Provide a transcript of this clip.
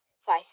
five